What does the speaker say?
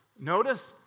Notice